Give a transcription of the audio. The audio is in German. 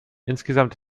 insgesamt